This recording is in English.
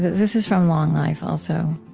this is from long life also.